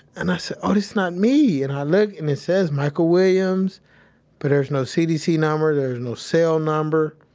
and i said, oh, this is not me and i look and it says michael williams but there's no cdc number, there's no cell number,